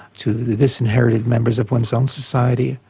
to the disinherited members of one's own society,